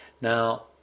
Now